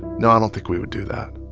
no, i don't think we would do that.